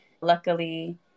luckily